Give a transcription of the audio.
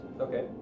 Okay